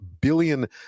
billion